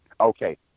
okay